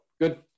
good